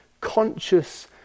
conscious